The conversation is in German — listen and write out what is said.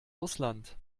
russland